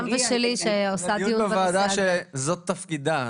ושלי שעושה -- דיון בוועדה שזאת תפקידה,